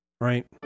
Right